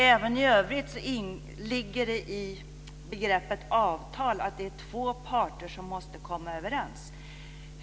Även i övrigt ligger det i begreppet avtal att det är två parter som måste komma överens.